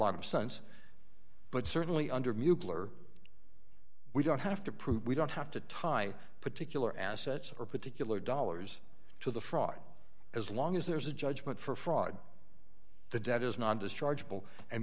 lot of sense but certainly under mueller we don't have to prove we don't have to tie particular assets or particular dollars to the fraud as long as there is a judgment for fraud the debt is not dischargeable and